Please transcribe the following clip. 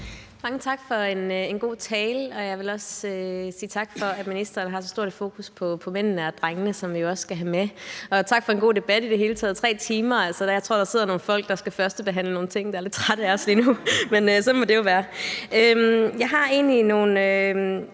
tak for en god tale, og jeg vil også sige tak for, at ministeren har så stort et fokus på mændene og drengene, som vi jo også skal have med, og tak for en god debat i det hele taget – 3 timer. Jeg tror, der sidder nogle folk, der skal førstebehandle nogle ting, der er lidt trætte af os lige nu, men sådan må det jo være. Jeg har egentlig nogle